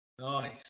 Nice